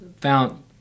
found